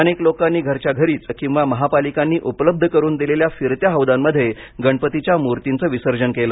अनेक लोकांनी घरच्या घरीच किंवा महापालिकांनी उपलब्ध करुन दिलेल्या फिरत्या हौदांमध्ये गणपतीच्या मूर्तींचं विसर्जन केलं